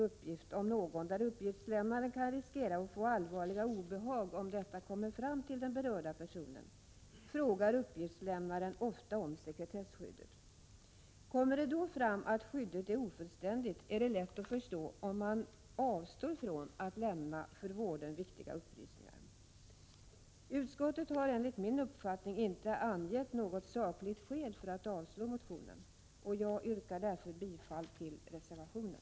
Uppgiftslämnaren kan ibland riskera att få allvarliga obehag om en känslig uppgift kommer fram till den berörda personen, och därför frågar uppgiftslämnaren i sådana fall ofta om sekretesskyddet. Kommer det då fram att skyddet är ofullständigt, är det lätt att förstå om man avstår från att lämna för vården viktiga upplysningar. Utskottet har enligt min uppfattning inte angett något sakligt skäl för avslag på motionen. Jag yrkar därför bifall till reservationen.